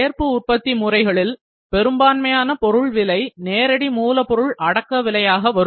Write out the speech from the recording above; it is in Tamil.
சேர்ப்பு உற்பத்தி முறைகளில் பெரும்பான்மையான பொருள் விலை நேரடி மூலப்பொருள் அடக்கவிலையாக வரும்